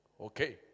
Okay